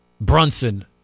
Brunson